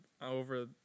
over